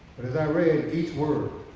but as i read each word,